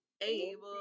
able